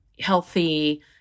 healthy